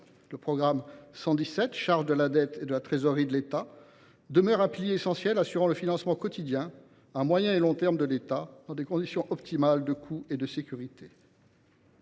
Le programme 117 « Charge de la dette et trésorerie de l’État » demeure un pilier essentiel ; il assure le financement quotidien à moyen et long terme de l’État, dans des conditions optimales de coût et de sécurité.